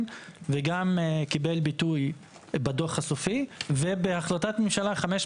וגם קיבל ביטוי בדוח הסופי וגם בהחלטת ממשלה 550,